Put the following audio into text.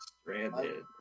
Stranded